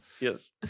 Yes